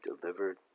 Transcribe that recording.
delivered